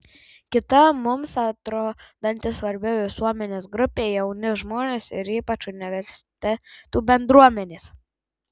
kita mums atrodanti svarbi visuomenės grupė jauni žmonės ir ypač universitetų bendruomenės